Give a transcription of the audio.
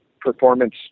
performance